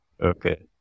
Okay